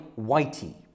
Whitey